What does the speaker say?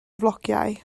flociau